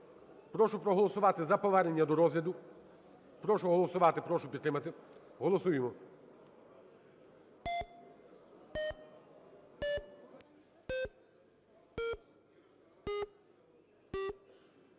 Прошу проголосувати за повернення до розгляду. Прошу голосувати, прошу підтримати. Голосуємо.